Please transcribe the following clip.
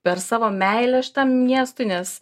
per savo meilę šitam miestui nes